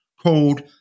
called